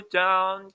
down